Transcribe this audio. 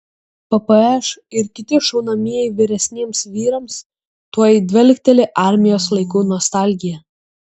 ppš ir kiti šaunamieji vyresniems vyrams tuoj dvelkteli armijos laikų nostalgija